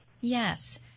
Yes